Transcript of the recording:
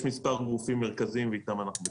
יש כמה גופים מרכזיים, ואיתם אנחנו בקשר.